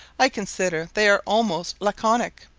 i consider they are almost laconic,